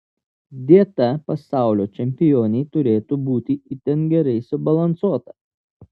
dieta pasaulio čempionei turėtų būti itin gerai subalansuota